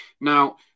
Now